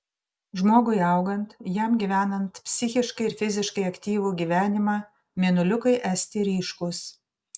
žmogui augant jam gyvenant psichiškai ir fiziškai aktyvų gyvenimą mėnuliukai esti ryškūs